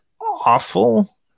awful